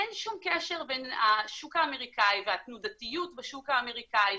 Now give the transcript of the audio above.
אין שום קשר בין השוק האמריקאי והתנודתיות בשוק האמריקאי,